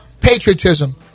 patriotism